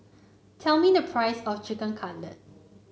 tell me the price of Chicken Cutlet